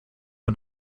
und